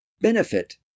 Benefit